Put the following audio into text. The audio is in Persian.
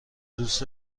دوست